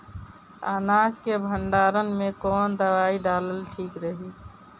अनाज के भंडारन मैं कवन दवाई डालल ठीक रही?